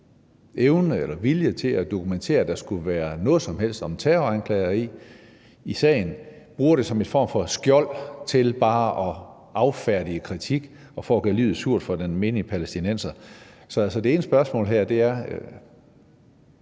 evne eller vilje til at dokumentere, at der skulle være noget som helst om terroranklager i sagen, bruger det som en form for skjold til bare at affærdige kritik og for at gøre livet surt for den menige palæstinenser? Så det ene spørgsmål her er: